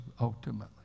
ultimately